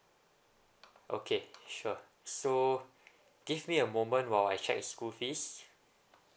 okay sure so give me a moment while I check its school fees